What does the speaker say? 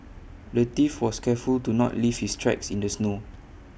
the thief was careful to not leave his tracks in the snow